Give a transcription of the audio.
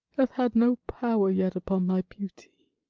hath had no power yet upon thy beauty